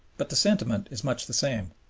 but the sentiment is much the same.